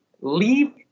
leave